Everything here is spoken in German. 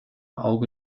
auge